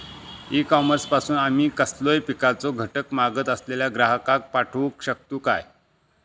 E commerce पासून आमी कसलोय पिकाचो घटक मागत असलेल्या ग्राहकाक पाठउक शकतू काय?